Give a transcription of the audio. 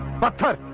but